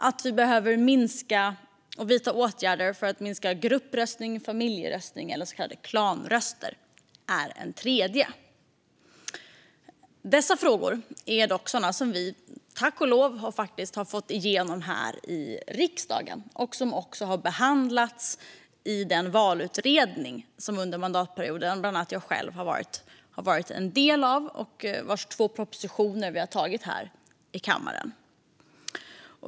Att vi behöver vidta åtgärder för att minska gruppröstning, familjeröstning eller så kallade klanröstning är en tredje. Dessa frågor är dock sådana som vi, tack och lov, har fått igenom här i riksdagen och som under mandatperioden har behandlats i den valutredning som bland annat jag själv har varit en del av, och i de två propositioner som har antagits av kammaren.